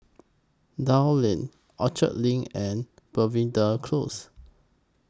Dell Lane Orchard LINK and Belvedere Close